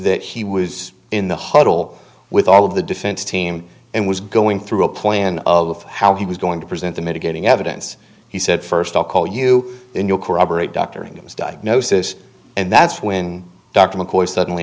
that he was in the huddle with all of the defense team and was going through a plan of how he was going to present the mitigating evidence he said first i'll call you in your corroborate doctoring of his diagnosis and that's when dr mccoy suddenly